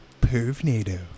Pervnado